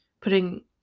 putting